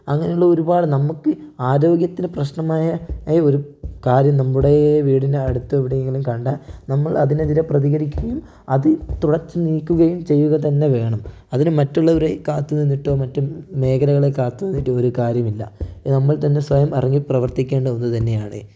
അങ്ങനെയുള്ള ഒരുപാട് നമുക്ക് ആരോഗ്യത്തിന് പ്രശ്നമായ ഒരു കാര്യം നമ്മുടെ വീടിൻ്റെ അടുത്ത് എവിടേങ്കിലും കണ്ടാൽ നമ്മൾ അതിനെതിരെ പ്രതികരിക്കുകയും അത് തുടച്ച് നീക്കുകയും ചെയ്യുക തന്നെ വേണം അതിന് മറ്റുള്ളവരെ കാത്ത് നിന്നിട്ടോ മറ്റ് മേഖലകളെ കാത്ത് നിന്നിട്ടോ ഒരു കാര്യം ഇല്ല നമ്മൾ തന്നെ സ്വയം അറിഞ്ഞ് പ്രവർത്തിക്കേണ്ട ഒന്ന് തന്നെയാണ്